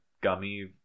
gummy